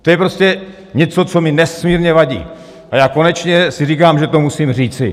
To je prostě něco, co mi nesmírně vadí, a já konečně si říkám, že to musím říci.